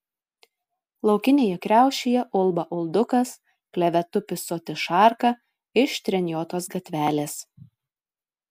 laukinėje kriaušėje ulba uldukas kleve tupi soti šarka iš treniotos gatvelės